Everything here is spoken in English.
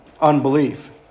unbelief